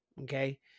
Okay